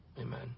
Amen